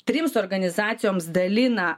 trims organizacijoms dalina